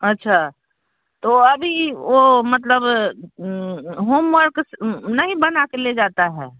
अच्छा तो अभी वो मतलब होमवर्क नहीं बना के ले जाता है